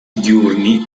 diurni